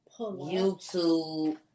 YouTube